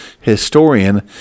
historian